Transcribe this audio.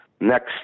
next